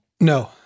No